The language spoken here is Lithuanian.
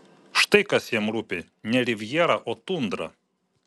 štai kas jam rūpi ne rivjera o tundra